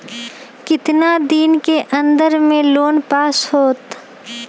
कितना दिन के अन्दर में लोन पास होत?